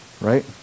right